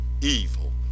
evil